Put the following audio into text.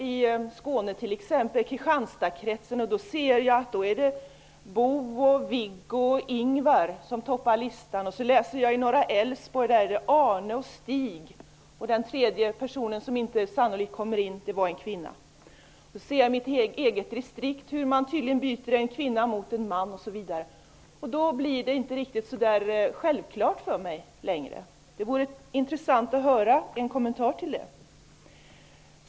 Ny demokrati har rekord med 13 %. I andra tidningar kan man läsa att i Ingvar som toppar listan. I Norra Älvsborg är det Arne och Stig som toppar listan; den tredje personen är en kvinna, som sannolikt inte kommer in. I mitt eget distrikt kan jag notera hur man byter en kvinna mot en man osv. Då blir Charlotte Cederschiölds påstående inte så självklart för mig längre. Det vore intressant att få höra en kommentar till detta.